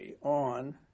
on